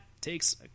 takes